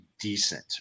decent